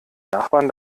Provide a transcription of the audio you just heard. nachbarn